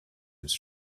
his